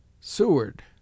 Seward